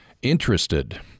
interested